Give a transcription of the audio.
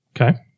Okay